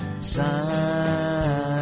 Sign